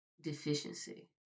deficiency